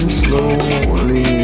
slowly